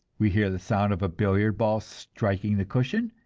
we hear the sound of a billiard ball striking the cushion,